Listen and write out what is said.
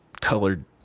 colored